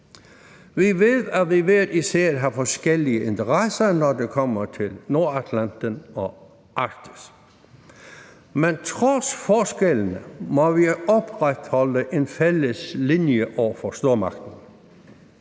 Vi ved, at vi hver især har forskellige interesser, når det kommer til Nordatlanten og Arktis. Men trods forskellene må vi opretholde en fælles linje over for stormagterne.